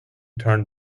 turn